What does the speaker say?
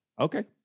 Okay